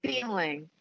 feeling